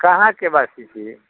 कहाँके वासी छी